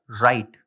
right